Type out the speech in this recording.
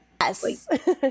Yes